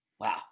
Wow